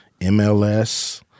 MLS